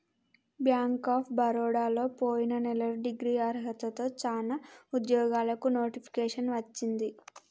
bank of బరోడలో పొయిన నెలలో డిగ్రీ అర్హతతో చానా ఉద్యోగాలకు నోటిఫికేషన్ వచ్చింది